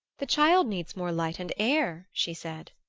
the child needs more light and air, she said.